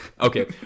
Okay